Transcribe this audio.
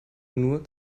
nur